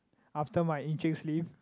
after my Enciks leave